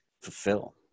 fulfill